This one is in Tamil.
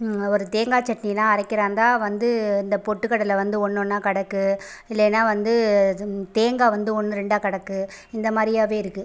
ஒரு தேங்காய் சட்னிலாம் அரைக்கிறாந்தால் வந்து இந்த பொட்டுகடலை வந்து ஒன்னொன்றா கிடக்கு இல்லேன்னால் வந்து இது தேங்காய் வந்து ஒன்று ரெண்டாக கிடக்கு இந்த மாதிரியாவே இருக்குது